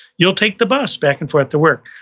you'll take the bus back and forth to work.